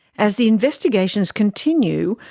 as the investigations continue,